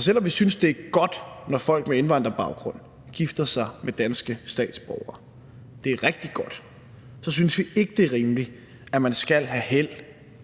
Selv om vi synes, det er godt, når folk med indvandrerbaggrund gifter sig med danske statsborgere – og det er rigtig godt – så synes vi ikke, det er rimeligt, at man skal have held